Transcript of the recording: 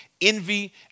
envy